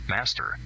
Master